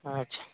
अच्छा